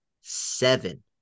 seven